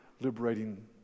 liberating